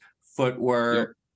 footwork